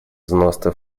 взносы